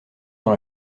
dans